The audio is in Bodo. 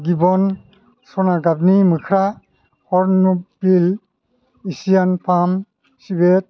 गिबन सना गाबनि मोख्रा हर्नबिल एसियान पाम सिबेट